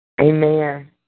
Amen